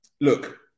look